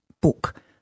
book